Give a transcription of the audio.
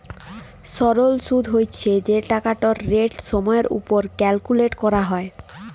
সরল সুদ্ হছে যে টাকাটর রেট সময়ের উপর ক্যালকুলেট ক্যরা হ্যয়